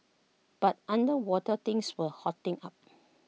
but underwater things were hotting up